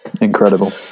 Incredible